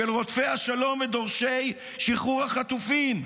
של רודפי השלום ודורשי שחרור החטופים,